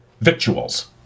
Victuals